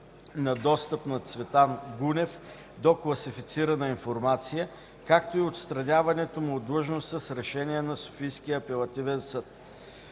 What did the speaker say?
на достъпа на Цветан Гунев до класифицирана информация, както и отстраняването му от длъжност с решение на Софийския апелативен съд.